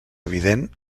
evident